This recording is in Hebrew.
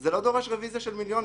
זה לא דבר שדורש מיליונים.